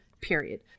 Period